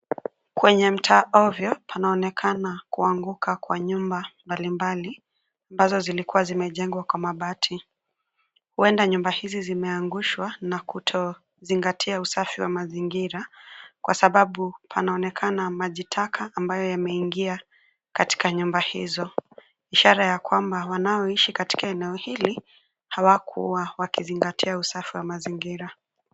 Kwenye mtaa ovyo, panaonekana kuanguka kwa nyumba mbalimbali ambazo zilikuwa zimejengwa kwa mabati. Huenda nyumba hizi zimeangushwa na kutozingatia usafi wa mazingira kwa sababu panaonekana maji taka ambayo yameingia katika nyumba hizo, ishara ya kwamba wanaoishi katika eneo hili hawakuwa wakizingatia usafi wa mazingira.